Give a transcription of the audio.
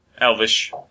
Elvish